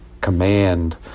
command